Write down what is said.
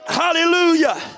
Hallelujah